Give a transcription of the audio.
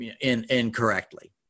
incorrectly